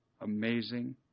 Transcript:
amazing